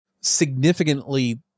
significantly